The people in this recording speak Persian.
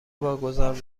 واگذار